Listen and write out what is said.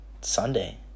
Sunday